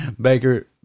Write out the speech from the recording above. Baker